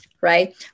right